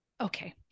okay